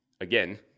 again